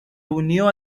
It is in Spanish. unió